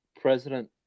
president